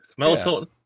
Melatonin